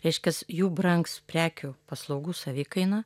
reiškias jų brangs prekių paslaugų savikaina